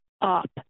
up